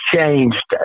changed